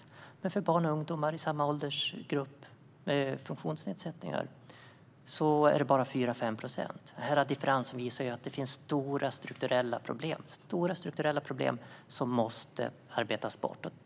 När det gäller barn och ungdomar med funktionsnedsättningar i samma åldersgrupp handlar det om bara 4-5 procent. Denna differens visar att det finns stora strukturella problem som måste arbetas bort.